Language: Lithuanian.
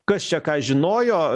kas čia ką žinojo